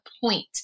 point